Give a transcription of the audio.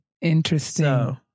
Interesting